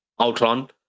outrun